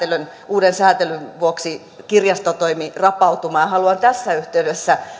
uuden säätelyn vuoksi kirjastotoimi rapautumaan haluan tässä yhteydessä